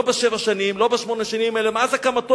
לא בשבע שנים, לא בשמונה שנים, אלא מאז הקמתו.